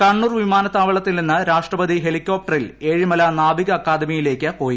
കണ്ണൂർ വിമാനത്താവളത്തിൽ നിന്ന് രാഷ്ട്രപതി ഹെലികോപ്റ്ററിൽ ഏഴിമല നാവിക അക്കാദമിയിലേക്ക് പോയി